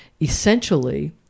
essentially